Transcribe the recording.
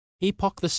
Epoch